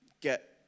get